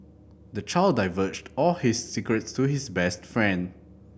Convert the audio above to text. the child divulged all his secrets to his best friend